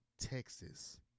Texas